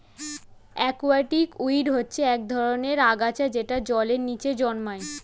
aquatic weed হচ্ছে এক ধরনের আগাছা যেটা জলের নিচে জন্মায়